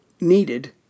needed